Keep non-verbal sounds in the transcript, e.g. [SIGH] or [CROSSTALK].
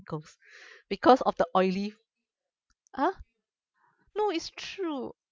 wrinkles [BREATH] because of the oily !huh! no it's true